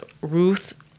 Ruth